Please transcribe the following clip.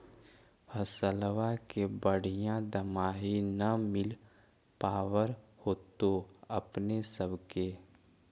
फसलबा के बढ़िया दमाहि न मिल पाबर होतो अपने सब के?